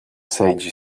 seigi